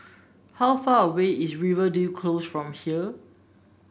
how far away is Rivervale Close from here